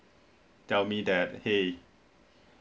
tell me that hey